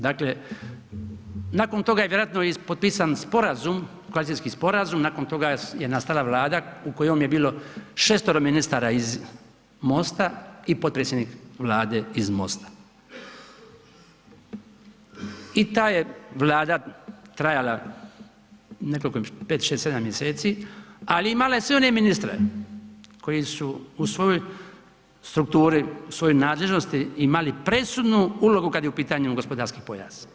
Dakle, nakon toga je vjerojatno ispotpisan i sporazum, koalicijski sporazum, nakon toga je nastala Vlada u kojoj je bilo šestero ministara iz MOST-a i potpredsjednik Vlade iz MOST-a i ta je Vlada trajala nekoliko 5, 6, 7 mjeseci, ali imala je sve one ministre koji su u svojoj strukturi, u svojoj nadležnosti imali presudnu ulogu kad je u pitanju gospodarski pojas.